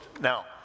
Now